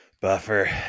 Buffer